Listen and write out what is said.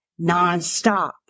Nonstop